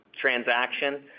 transaction